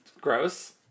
gross